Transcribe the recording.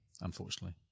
Unfortunately